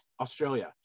Australia